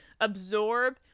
absorb